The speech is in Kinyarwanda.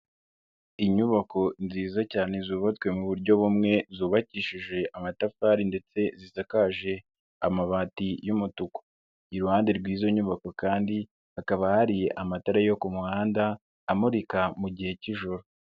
Inyubako nziza cyane zubatswe mu buryo bumwe zubakishije amatafari ndetse zisakaje, amabati y'umutuku. Iruhande rw'izo nyubako kandi, hakaba hari amatara yo ku muhanda, amurika mu gihe kijoro.